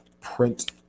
print